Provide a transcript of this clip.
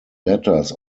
letters